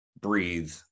Breathe